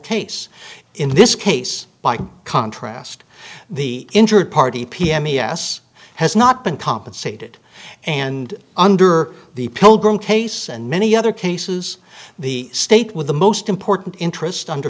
case in this case by contrast the injured party pm e s has not been compensated and under the pilgrim case and many other cases the state with the most important interest under